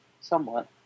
Somewhat